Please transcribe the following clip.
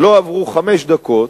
לא עברו חמש דקות,